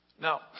Now